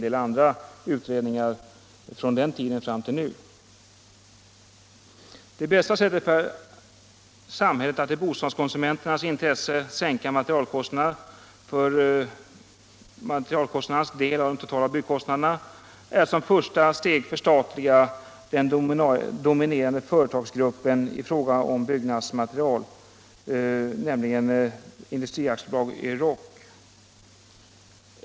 Det bästa sättet för samhället att i bostadskonsumenternas intresse sänka materialkostnadernas del av de totala byggkostnaderna är att som ett första steg förstatliga den dominerande företagsgruppen i fråga om byggnadsmaterial — nämligen Industri AB Euroc.